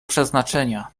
przeznaczenia